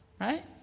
right